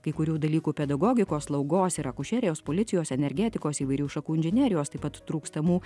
kai kurių dalykų pedagogikos slaugos ir akušerijos policijos energetikos įvairių šakų inžinerijos taip pat trūkstamų